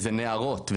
וזה נהרות,